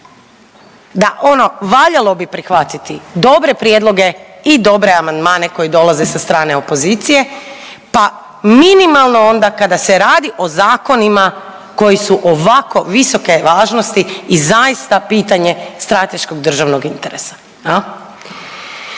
da ono valjalo bi prihvatiti dobre prijedloge i dobre amandmane koji dolaze sa strane opozicije pa minimalno onda kada se radi o zakonima koji su ovako visoke važnosti i zaista pitanje strateškog državnog interesa.